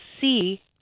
see